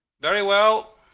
very well!